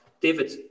David